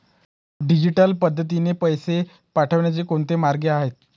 Digital पद्धतीने पैसे पाठवण्याचे कोणते मार्ग आहेत?